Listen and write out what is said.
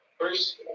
first